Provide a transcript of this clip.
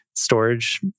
storage